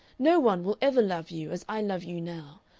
no one will ever love you as i love you now.